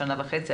שנה וחצי.